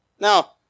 Now